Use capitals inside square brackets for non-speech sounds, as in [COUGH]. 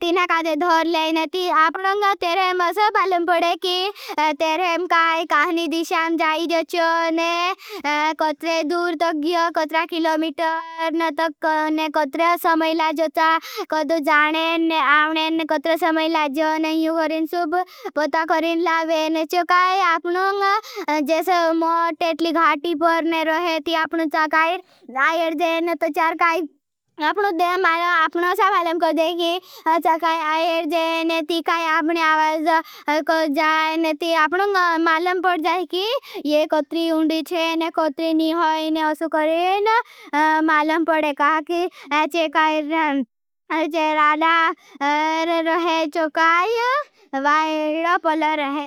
तीना काधे धोर ले ने। ती आपनोंग तेरे मसो बालें पड़े की तेरे म काई काहनी दिशां जाई। जो चो ने कतरे दूर तो गियो कतरा किलमीटर न तक ने कतरे समयला। जो चा कदो जानें ने आवनें ने कतरे समयला जो ने इउ करें सुप पता करें। लावें चो काई आपनोंग जैसे मोट इतली घाटी पर ने रहे। ती आपनोंग चा काई जायें जेन तो चार काई आपनोंग देमाला [HESITATION] आपनोंग साभालम कर जायें की चा काई आयें। जेन ती काई आपने आवाज कर जायें ती आपनोंग मालम पड़ जायें की ये कतरी उंदी थे। ने कतरी नी होईने असु करेन मालम पड़े का की जे काई जे राड़ा रहे। चो काई वाईड़ा पल रहे।